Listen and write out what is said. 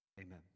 amen